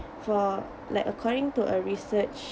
for like according to a research